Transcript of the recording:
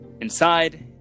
Inside